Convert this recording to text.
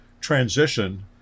transition